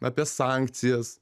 apie sankcijas